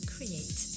Create